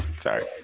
Sorry